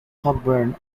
cockburn